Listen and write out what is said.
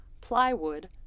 plywood